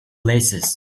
places